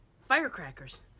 Firecrackers